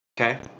Okay